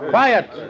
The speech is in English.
Quiet